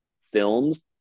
films